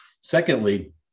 Secondly